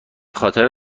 خاطر